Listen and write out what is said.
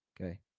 Okay